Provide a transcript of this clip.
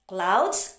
Clouds